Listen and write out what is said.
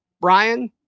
Brian